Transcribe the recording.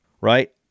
Right